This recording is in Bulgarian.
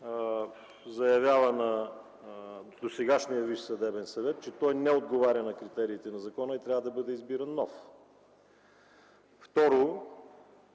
заявява на досегашния Висш съдебен съвет, че той не отговаря на критериите на закона и трябва да бъде избиран нов. Второ,